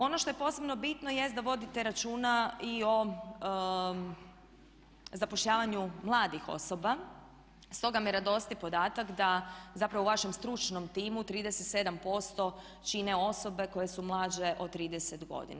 Ono što je posebno bitno jest da vodite računa i o zapošljavanju mladih osoba, stoga me radosti podatak da zapravo u vašem stručnom timu 37% čine osobe koje su mlađe od 30 godina.